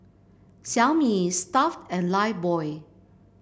Xiaomi Stuff'd and Lifebuoy